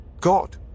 God